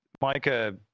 Micah